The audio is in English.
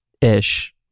ish